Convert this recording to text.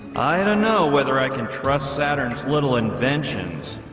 i don't know whether i can trust saturn's little inventions,